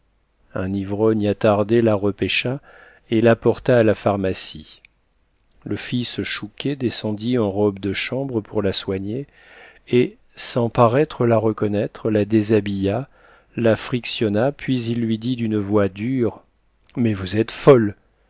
un ivrogne attardé la repêcha et la porta à la pharmacie le fils chouquet descendit en robe de chambre pour la soigner et sans paraître la reconnaître la déshabilla la frictionna puis il lui dit d'une voix dure mais vous êtes folle